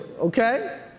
okay